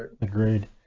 Agreed